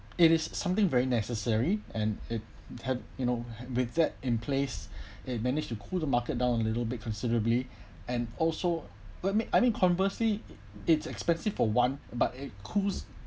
it is something very necessary and it had you know with that in place it managed to cool the market down a little bit considerably and also but me~ I mean conversely it's expensive for one but it cools